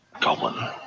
goblin